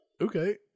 Okay